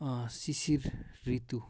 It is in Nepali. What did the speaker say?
शिशिर ऋतु